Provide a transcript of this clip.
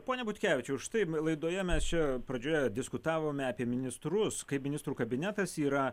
pone butkevičiau štai laidoje mes čia pradžioje diskutavome apie ministrus kaip ministrų kabinetas yra